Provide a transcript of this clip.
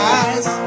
eyes